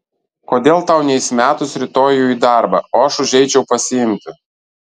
kodėl tau neįsimetus rytoj jų į darbą o aš užeičiau pasiimti